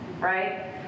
right